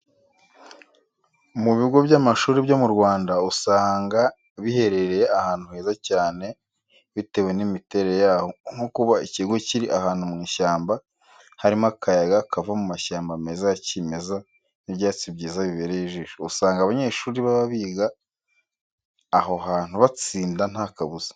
Mu bigo by'amashuri byo mu Rwanda usanga biherereye ahantu heza cyane bitewe n'imiterere yaho nko kuba ikigo kiri ahantu mu ishyamba harimo akayaga kava mu mahyamba meza ya kimeza n'ibyatsi byiza bibereye ijisho, usanga abanyeshuri baba biga aho hantu batsinda nta kabuza.